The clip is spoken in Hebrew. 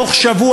בתוך שבוע,